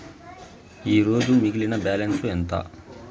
ఈరోజు మిగిలిన బ్యాలెన్స్ ఎంత?